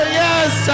yes